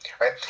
right